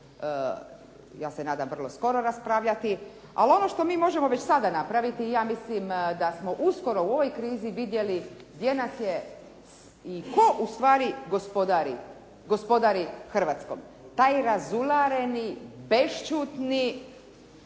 ja se nadam vrlo skoro raspravljati. Ali ono što mi možemo već sada napraviti i ja mislim da smo uskoro u ovoj krizi vidjeli gdje nas je i tko ustvari gospodari, gospodari Hrvatskom? Taj razulareni, bešćutni,